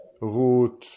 Root